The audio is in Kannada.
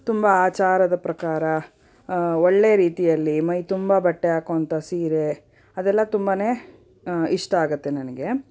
ತುಂಬ ಆಚಾರದ ಪ್ರಕಾರ ಒಳ್ಳೆಯ ರೀತಿಯಲ್ಲಿ ಮೈ ತುಂಬ ಬಟ್ಟೆ ಹಾಕೊಳ್ತ ಸೀರೆ ಅದೆಲ್ಲ ತುಂಬಾ ಇಷ್ಟ ಆಗುತ್ತೆ ನನಗೆ